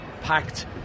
packed